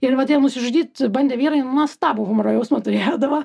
ir va tie nusižudyt bandę vyrai nuostabų humoro jausmą turėdavo